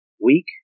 week